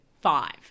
five